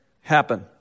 happen